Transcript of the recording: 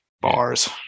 Bars